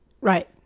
Right